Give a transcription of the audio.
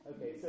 Okay